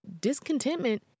Discontentment